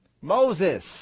Moses